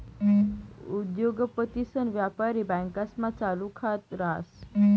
उद्योगपतीसन व्यापारी बँकास्मा चालू खात रास